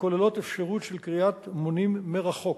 הכוללות אפשרות של קריאת מונים מרחוק,